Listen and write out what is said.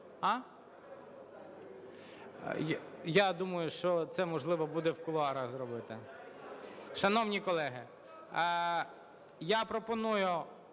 Я думаю, що це можливо буде в кулуарах зробити. Шановні колеги, я пропоную